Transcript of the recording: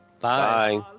bye